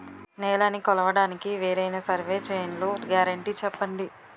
నేలనీ కొలవడానికి వేరైన సర్వే చైన్లు గ్యారంటీ చెప్పండి?